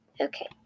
okay